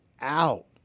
out